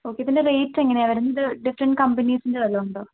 okay ഇതിന്റെ rate എങ്ങനെയാണ് വരുന്നത് ഇത് ഡിഫറെൻ്റ് കമ്പനീസിന്റെ വല്ലതും ഉണ്ടോ